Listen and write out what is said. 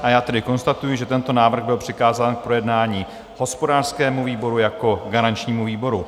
A já tedy konstatuji, že tento návrh byl přikázán k projednání hospodářskému výboru jako garančnímu výboru.